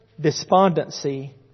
despondency